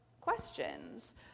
questions